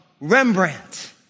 Rembrandt